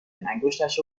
انگشتش